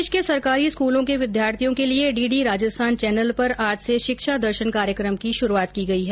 प्रदेश के सरकारी स्कूलों के विद्यार्थियों के लिए डीडी राजस्थान चैनल पर आज से शिक्षा दर्शन कार्यक्रम की शुरूआत की गई है